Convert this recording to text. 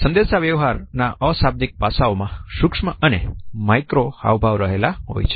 સંદેશા વ્યવહાર ના અશાબ્દિક પાસાઓ માં સુક્ષ્મ અને મેક્રો હાવભાવ રહેલા હોય છે